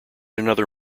another